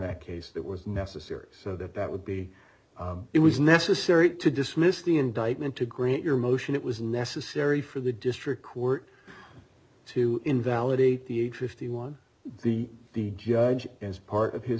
act case that was necessary so that that would be it was necessary to dismiss the indictment to grant your motion it was necessary for the district court to invalidate the age fifty one the the judge as part of his